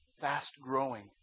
fast-growing